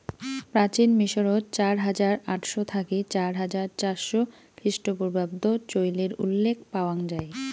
প্রাচীন মিশরত চার হাজার আটশ থাকি চার হাজার চারশ খ্রিস্টপূর্বাব্দ চইলের উল্লেখ পাওয়াং যাই